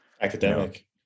academic